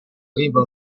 aveva